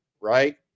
right